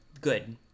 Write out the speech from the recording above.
good